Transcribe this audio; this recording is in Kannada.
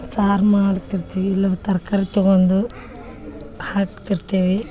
ಸಾರು ಮಾಡ್ತಿರ್ತೀವಿ ಇಲ್ಲಂದ್ರ ತರಕಾರಿ ತಗೊಂದು ಹಾಕ್ತಿರ್ತೀವಿ